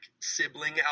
sibling